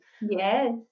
yes